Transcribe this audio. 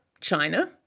China